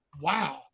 Wow